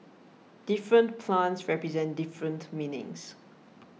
different plants represent different meanings